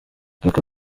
aka